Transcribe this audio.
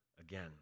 again